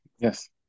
Yes